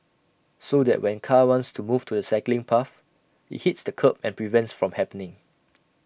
so that when car wants to move to the cycling path IT hits the kerb and prevents from happening